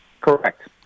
Correct